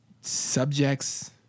subjects